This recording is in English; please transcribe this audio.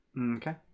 Okay